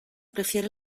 prefiere